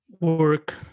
work